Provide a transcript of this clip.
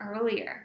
earlier